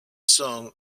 song